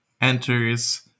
enters